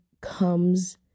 comes